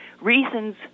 reasons